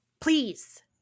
please